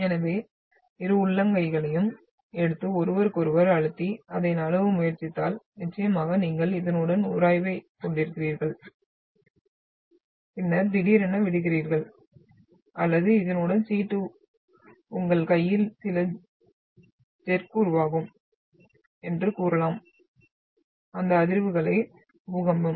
எனவே இரு உள்ளங்கைகளையும் எடுத்து ஒருவருக்கொருவர் அழுத்தி அதை நழுவ முயற்சித்தால் நிச்சயமாக நீங்கள் இதனுடன் உராய்வைக் கொண்டிருக்கிறீர்கள் பின்னர் திடீரென விடுவிக்கிறீர்கள் அல்லது இதனுடன் சீட்டு உங்கள் கையில் சில ஜெர்க்குகளை உருவாக்கும் என்று கூறலாம் அந்த அதிர்வுகளே பூகம்பம்